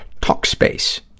Talkspace